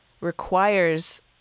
requires